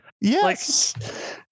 Yes